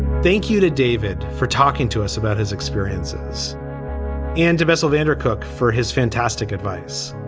thank you to david for talking to us about his experiences and domestically undercook for his fantastic advice.